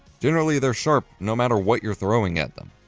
generally they're sharp no matter what you're throwing at them.